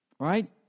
right